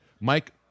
Mike